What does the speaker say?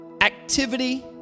activity